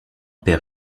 père